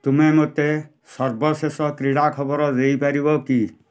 ତୁମେ ମୋତେ ସର୍ବଶେଷ କ୍ରୀଡ଼ା ଖବର ଦେଇପାରିବ କି